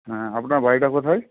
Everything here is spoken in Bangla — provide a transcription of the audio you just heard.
হ্যাঁ আপনার বাড়িটা কোথায়